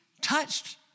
touched